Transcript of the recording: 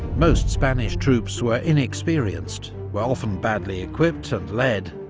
most spanish troops were inexperienced, were often badly-equipped and led,